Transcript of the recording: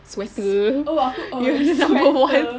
oh aku oh sweater